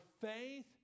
faith